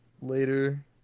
later